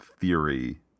theory